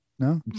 No